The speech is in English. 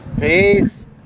Peace